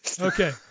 Okay